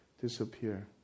disappear